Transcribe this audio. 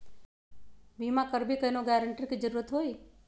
बिमा करबी कैउनो गारंटर की जरूरत होई?